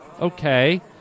Okay